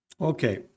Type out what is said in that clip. Okay